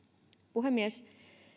puhemies